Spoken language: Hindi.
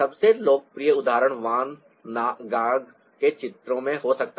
सबसे लोकप्रिय उदाहरण वान गाग के चित्रों में हो सकता है